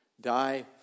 Die